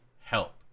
help